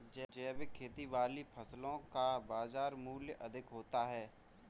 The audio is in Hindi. जैविक खेती वाली फसलों का बाजार मूल्य अधिक होता है